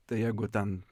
tai jeigu ten